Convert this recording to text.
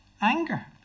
anger